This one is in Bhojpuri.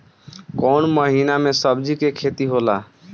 कोउन महीना में सब्जि के खेती होला?